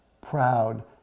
proud